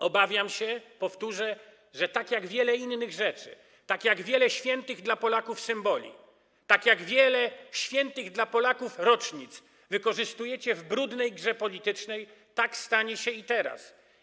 Obawiam się, powtórzę, że tak jak wiele innych rzeczy, tak jak wiele świętych dla Polaków symboli, tak jak wiele świętych dla Polaków rocznic wykorzystujecie w brudnej grze politycznej, tak stanie się i teraz.